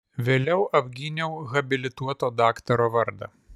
vėliau apgyniau habilituoto daktaro vardą